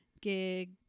Gig